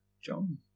John